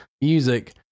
music